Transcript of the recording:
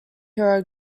hero